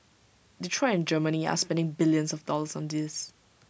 Detroit and Germany are spending billions of dollars on this